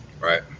Right